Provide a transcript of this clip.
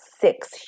six